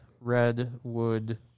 redwood